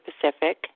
Pacific